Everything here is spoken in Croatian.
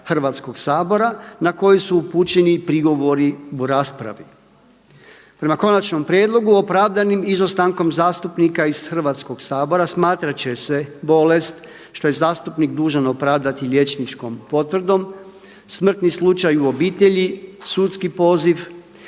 Hrvatskoga sabora na koji su upućeni prigovori u raspravi. Prema konačnom prijedlogu opravdanim izostankom zastupnika iz Hrvatskog sabora smatrat će se bolest što je zastupnik dužan opravdati liječničkom potvrdom, smrtnim slučaj u obitelji, sudski poziv,